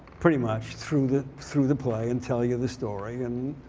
pretty much, through the through the play and tell you the story. and,